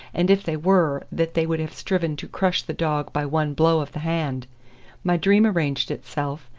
and if they were that they would have striven to crush the dog by one blow of the hand my dream arranged itself,